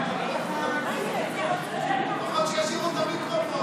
לפחות שישאירו את המיקרופון.